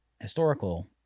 historical